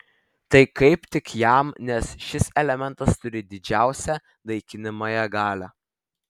tai kaip tik jam nes šis elementas turi didžiausią naikinamąją galią